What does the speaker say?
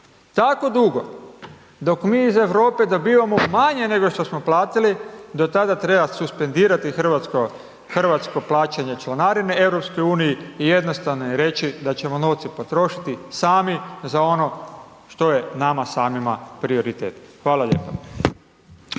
Tako dugo dok mi iz Europe dobivamo manje nego što smo platiti do tada treba suspendirati hrvatsko plaćanje članarine EU i jednostavno im reći da ćemo novce potrošiti sami za ono što je nama samima prioritet. Hvala lijepa.